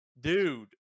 Dude